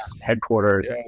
headquarters